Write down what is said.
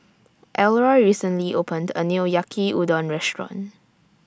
Elroy recently opened A New Yaki Udon Restaurant